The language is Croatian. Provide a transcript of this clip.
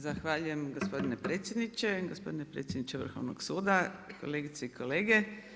Zahvaljujem gospodine predsjedniče, gospodine predsjedniče Vrhovnog suda, kolegice i kolege.